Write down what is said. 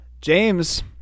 James